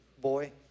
boy